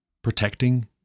Protecting